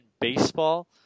baseball